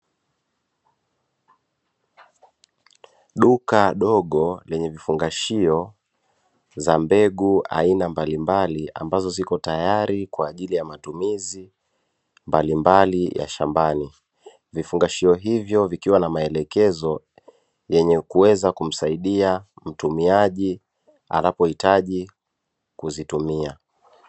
Duka dogo lenye vifungashio za mbegu aina mbalimbali ambazo ziko tayari kwa ajili ya matumizi mbalimbali ya shambani vifungashio hivyo vikiwa na maelekezo yenye kuweza kumsaidia mtumiaji anapohitaji kuzitumia.